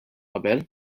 qabel